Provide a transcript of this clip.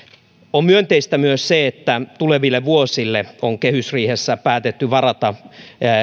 on myönteistä myös se että tuleville vuosille on kehysriihessä päätetty varata